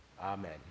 Amen